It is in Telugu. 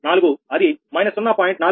064 అది −0